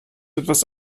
etwas